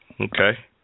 Okay